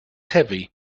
heavy